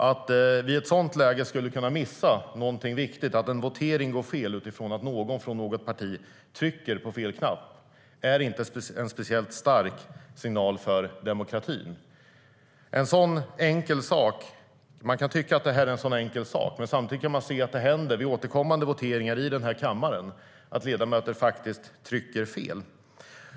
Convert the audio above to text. Att vi i ett sådant läge skulle kunna missa någonting viktigt, att en votering går fel utifrån att någon från något parti trycker på fel knapp, är inte en speciellt stark signal för demokratin. Man kan tycka att det är en enkel sak, men samtidigt kan man se att det händer återkommande vid voteringar i denna kammare att ledamöter trycker fel.